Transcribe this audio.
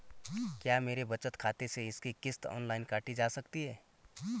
क्या मेरे बचत खाते से इसकी किश्त ऑनलाइन काटी जा सकती है?